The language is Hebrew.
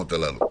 במקומות הללו.